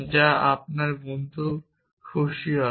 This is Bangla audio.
যা আপনার বন্ধু খুশি হবে